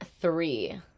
three